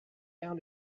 down